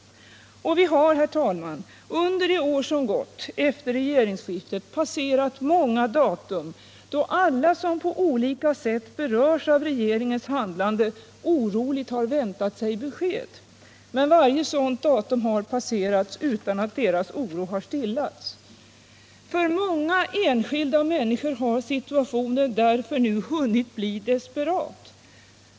Vi har, herr talman, under det år som har gått efter regeringsskiftet passerat många data då alla som på olika sätt berörs av regeringens handlande oroligt har väntat besked. Men varje sådant datum har passerats utan att deras oro har stillats. För många enskilda människor har situationen därför nu blivit desperat.